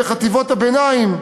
בחטיבות הביניים,